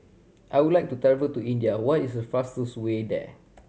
I would like to travel to India what is the fastest way there